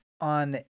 on